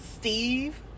Steve